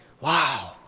wow